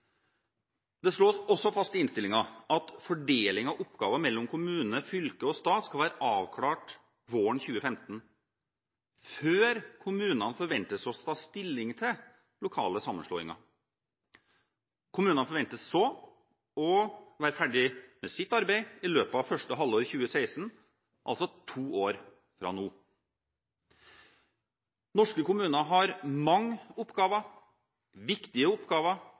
Det slås også fast i innstillingen at fordelingen av oppgaver mellom kommune, fylke og stat skal være avklart våren 2015, før kommunene forventes å ta stilling til lokale sammenslåinger. Kommunene forventes så å være ferdig med sitt arbeid i løpet av første halvår 2016, altså to år fra nå. Norske kommuner har mange oppgaver, viktige oppgaver